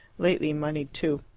lately monied too.